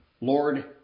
Lord